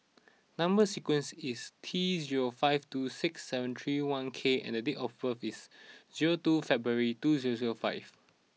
number sequence is T zero five two six seven three one K and date of birth is zero two February two zero zero five